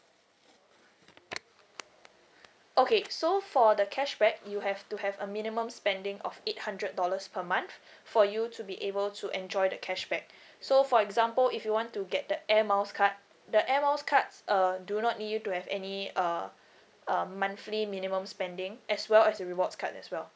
okay so for the cashback you have to have a minimum spending of eight hundred dollars per month for you to be able to enjoy the cashback so for example if you want to get the air miles card the air miles cards uh do not need you to have any uh um monthly minimum spending as well as the rewards card as well